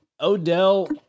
Odell